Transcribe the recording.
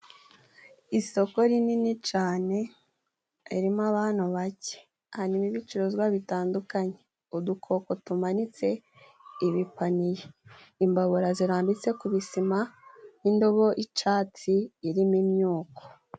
Isoko rinini cane ririmo abantu bake. Harimo ibicuruzwa bitandukanye. Udukoko tumanitse, ibipaniye, imbabura zirambitse ku bisima n'indobo y'icatsi irimo imyuko.